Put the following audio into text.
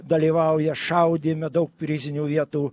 dalyvauja šaudyme daug prizinių vietų